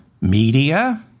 media